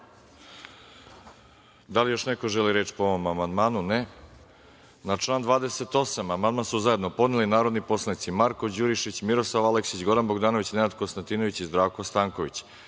Da li još neko želi reč po ovom amandmanu? (Ne.)Na član 28. amandman su zajedno podneli narodni poslanici Marko Đurišić, Miroslav Aleksić, Goran Bogdanović, Nenad Konstantinović i Zdravko Stanković. Vlada